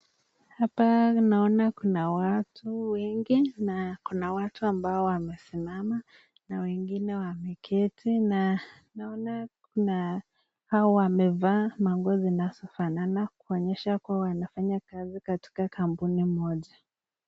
Hapa naona kuna watu wengi na kuna watu ambao wamesimama na wengine wameketi. Na naona kuna hao wamevaa manguo zinazofanana kuonyesha kuwa wanafanya kazi katika kampuni moja.